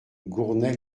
gournay